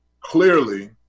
clearly